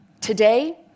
Today